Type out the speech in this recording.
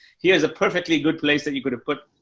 here's a perfectly good place that you could have put,